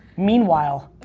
meanwhile,